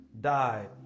died